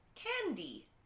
Candy